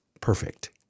perfect